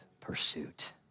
pursuit